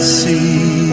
see